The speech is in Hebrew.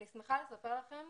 אני שמחה לספר לכם